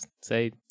say